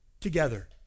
Together